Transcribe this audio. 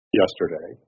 yesterday